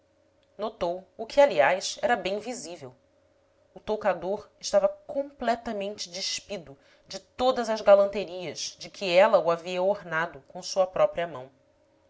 notou o que aliás era bem visível o toucador estava completamente despido de todas as galanterias de que ela o havia adornado com sua própria mão